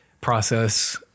process